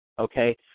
Okay